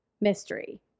mystery